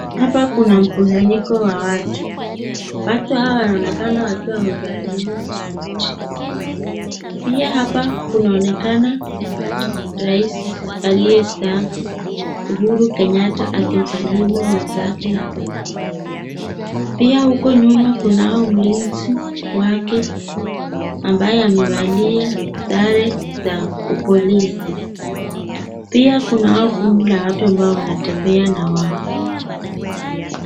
Hapa kuna mkusanyiko wa watu. Watu hawa wanaonekana wakiwa wamevalia suti. Pia hapa unaonekana rais aliyestaafu Uhuru Kenyetta akimsalimu mwenzake hapa. Pia huko nyuma kunao mlinzi wake ambaye amevalia sare za polisi. Pia kuna watu ambao wanatembea na wao.